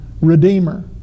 redeemer